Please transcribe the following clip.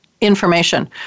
information